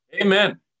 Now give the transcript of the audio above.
Amen